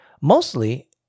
mostly